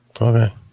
Okay